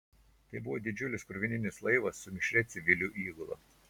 tai buvo didžiulis krovininis laivas su mišria civilių įgula